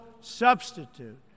substitute